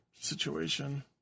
situation